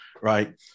right